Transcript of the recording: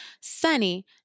sunny